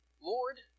Lord